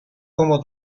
como